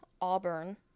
Auburn